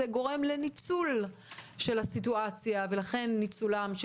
גורם לניצול של הסיטואציה ולכן ניצולם של